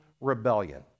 rebellion